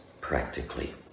practically